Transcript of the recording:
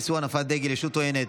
איסור הנפת דגל של רשות עוינת),